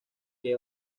que